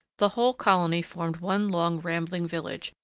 the whole colony formed one long rambling village,